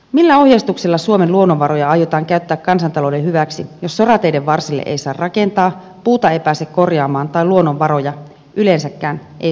millä ohjeistuksella suomen luonnonvaroja aiotaan käyttää kansantalouden hyväksi jos sorateiden varsille ei saa rakentaa puuta ei pääse korjaamaan eikä luonnonvaroja yleensäkään saa hyödyntää